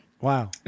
wow